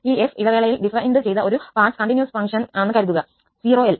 ഈ 𝑓 ഇടവേളയിൽ ഡിഫൈൻഡ് ചെയ്ത ഒരു പാർട്ട്വൈസ് കണ്ടിന്യൂസ് ഫങ്ക്ഷന് കരുതുക 0 𝐿